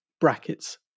brackets